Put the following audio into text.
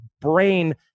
brain